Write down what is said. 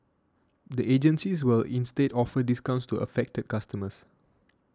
the agencies will instead offer discounts to affected customers